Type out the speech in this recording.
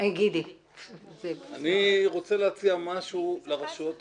אני רוצה להציע משהו לרשויות החלשות.